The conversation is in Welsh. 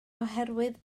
oherwydd